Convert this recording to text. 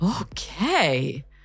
Okay